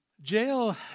Jail